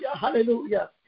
hallelujah